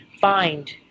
find